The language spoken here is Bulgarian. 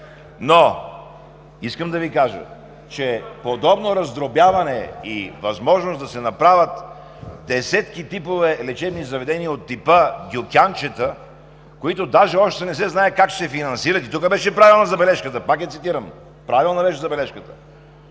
Искам да Ви кажа, че подобно раздробяване и възможност да се направят десетки типове лечебни заведения от типа дюкянчета, които даже още не се знае как ще се финансират. И тук беше правилна забележката, пак я цитирам: как вървял законът